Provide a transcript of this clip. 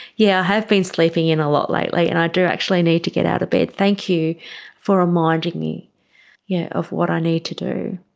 yeah have been sleeping in a lot lately and i do actually need to get out of bed, thank you for reminding me yeah of what i need to do.